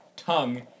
Tongue